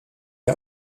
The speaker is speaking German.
der